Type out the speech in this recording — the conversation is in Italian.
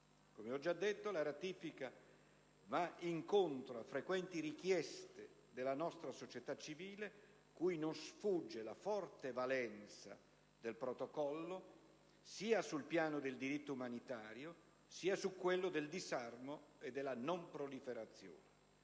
Come ho già detto, la ratifica va incontro a frequenti richieste della nostra società civile, cui non sfugge la forte valenza del Protocollo, sia sul piano del diritto umanitario sia su quello del disarmo e della non proliferazione.